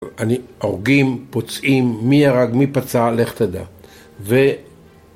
אני, הורגים, פוצעים, מי הרג, מי פצע, לך תדע.